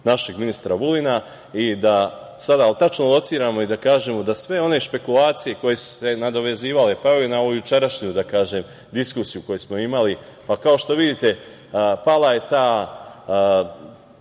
našeg ministra Vulina i da sada tačno lociramo i kažemo da sve one špekulacije koje su se nadovezivale, kao i na ovu jučerašnju diskusiju koju smo imali, pa kao što vidite pala je ta